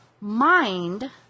mind